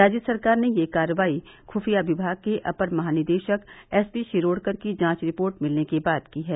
राज्य सरकार ने यह कार्रवाई खुफिया विभाग के अपर महानिदेशक एस वी शिरोणकर की जांच रिपोर्ट मिलने के बाद की है